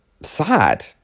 sad